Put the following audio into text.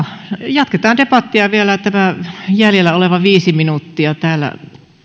jatketaan debattia vielä jäljellä olevat viisi minuuttia täällä